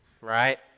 right